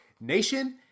Nation